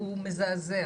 הוא מזעזע.